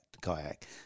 kayak